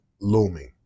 looming